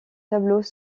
tableaux